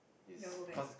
you all go back